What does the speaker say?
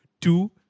Two